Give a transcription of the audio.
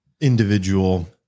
individual